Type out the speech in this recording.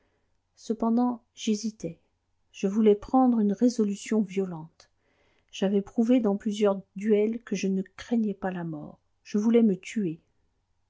cependant j'hésitai je voulais prendre une résolution violente j'avais prouvé dans plusieurs duels que je ne craignais pas la mort je voulais me tuer